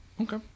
Okay